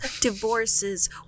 divorces